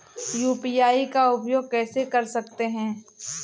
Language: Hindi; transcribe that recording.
यू.पी.आई का उपयोग कैसे कर सकते हैं?